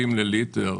לליטר.